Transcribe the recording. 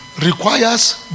requires